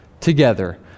together